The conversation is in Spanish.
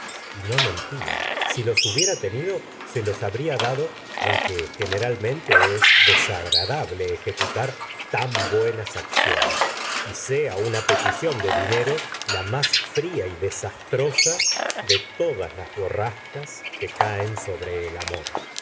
y no mentia si los hubiera tenido se los habría j dado aunque generalmente es desagradable ejecutar tan buenas acciones y sea una petición de dinero la m á fria y desastrosa de todas las borrascas que caen sobre el amor